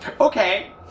Okay